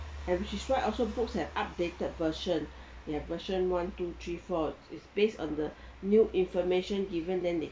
and she's right also books are updated version ya version one two three four it's based on the new information given then they